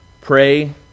pray